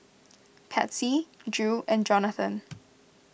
Patsy Drew and Jonathon